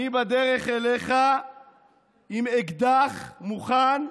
אני בדרך אליך עם אקדח מוכן,